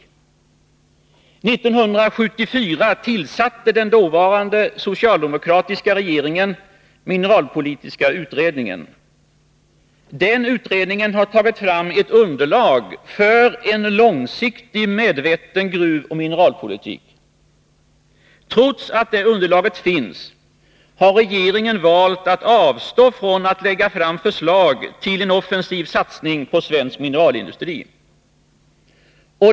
År 1974 tillsatte den dåvarande socialdemokratiska regeringen mineralpolitiska utredningen. Den utredningen har tagit fram ett underlag för en långsiktig, medveten gruvoch mineralpolitik. Trots att det underlaget finns har regeringen valt att avstå från att lägga fram förslag till en offensiv satsning på svensk mineralindustri.